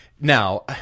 Now